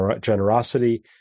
generosity